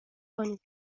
کنید